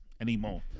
anymore